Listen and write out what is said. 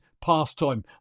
pastime